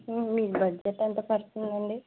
ఉ మీ బడ్జెట్ ఎంత పడుతుందండి